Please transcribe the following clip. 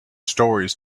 stories